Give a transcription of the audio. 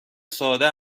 ساده